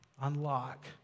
unlock